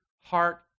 heart